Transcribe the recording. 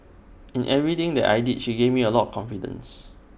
in everything that I did she gave me A lot of confidence